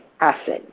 acid